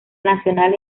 nacional